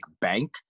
bank